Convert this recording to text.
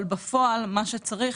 אבל ב פועל מה שצריך